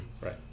Right